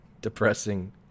depressing